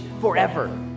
forever